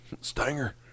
Stanger